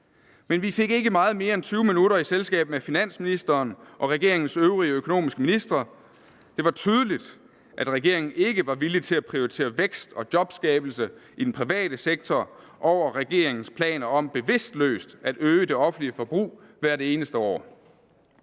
Men vi fik ikke meget mere end 20 minutter i selskab med finansministeren og regeringens øvrige økonomiske ministre. Det var tydeligt, at regeringen ikke var villig til at prioritere vækst og jobskabelse i den private sektor over regeringens planer om bevidstløst at øge det offentlige forbrug hvert eneste år.